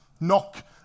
Knock